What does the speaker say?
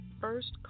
first